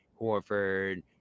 Horford